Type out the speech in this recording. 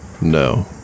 no